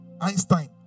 Einstein